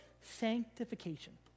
sanctification